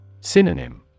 Synonym